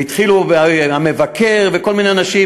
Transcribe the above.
והתחילו המבקר וכל מיני אנשים.